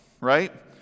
right